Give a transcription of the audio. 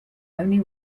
only